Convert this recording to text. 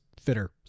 fitter